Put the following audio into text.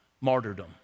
martyrdom